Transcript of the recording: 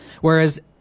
whereas